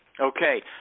Okay